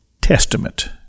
testament